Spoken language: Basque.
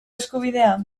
eskubidea